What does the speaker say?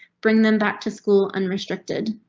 bring them back to school unrestricted.